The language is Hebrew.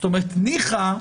ניחא,